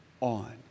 on